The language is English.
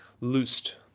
loosed